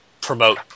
promote